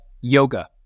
yoga